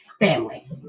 family